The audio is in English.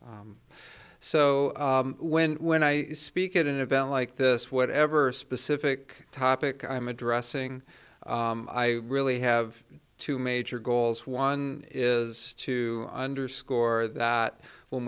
so when when i speak at an event like this whatever specific topic i'm addressing i really have two major goals one is to underscore that when